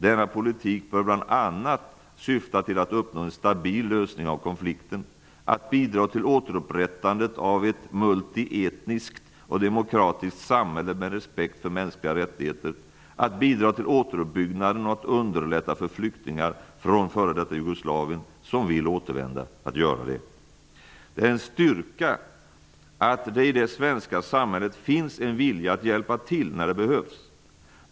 Denna politik bör bl.a. syfta till att uppnå en stabil lösning av konflikten, att bidra till återupprättandet av ett multi-etniskt och demokratiskt samhälle med respekt för mänskliga rättigheter, att bidra till återuppbyggnaden och underlätta för flyktingar från f.d. Jugoslavien som vill återvända att göra det. Det är en styrka att det i det svenska samhället finns en vilja att hjälpa till när det behövs.